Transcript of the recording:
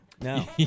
No